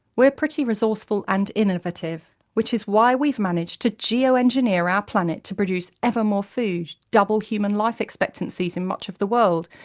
we're pretty resourceful and innovative, which is why we've managed to geoengineer our planet to produce ever more food, double human life expectancies in much of the world,